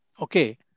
Okay